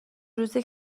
روزی